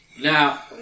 Now